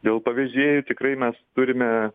dėl pavežėjų tikrai mes turime